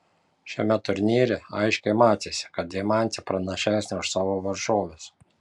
šiame turnyre aiškiai matėsi kad deimantė pranašesnė už savo varžoves